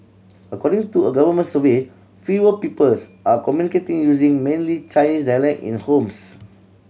according to a government survey fewer people are communicating using mainly Chinese dialect in homes